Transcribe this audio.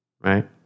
right